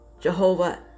Jehovah